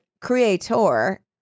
creator